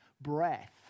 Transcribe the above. breath